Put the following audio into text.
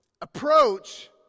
approach